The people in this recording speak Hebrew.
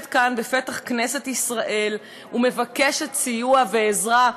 כאן בפתח כנסת ישראל ומבקשת סיוע ועזרה.